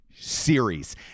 series